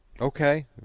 Okay